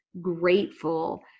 grateful